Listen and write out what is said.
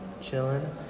chilling